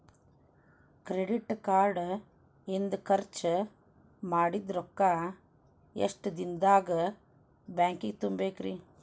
Credit card ಇಂದ್ ಖರ್ಚ್ ಮಾಡಿದ್ ರೊಕ್ಕಾ ಎಷ್ಟ ದಿನದಾಗ್ ಬ್ಯಾಂಕಿಗೆ ತುಂಬೇಕ್ರಿ?